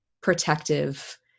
protective